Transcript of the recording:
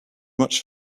much